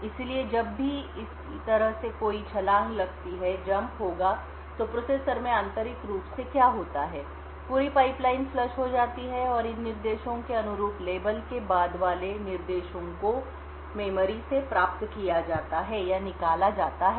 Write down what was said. इसलिए जब भी इस तरह से कोई छलांग लगती है होगा तो प्रोसेसर में आंतरिक रूप से क्या होता है पूरी पाइपलाइन फ़्लश हो जाती है और इन निर्देशों के अनुरूप लेबल के बाद वाले नए निर्देशों का मेमोरी से प्राप्त किया जाता है या निकाला जाता है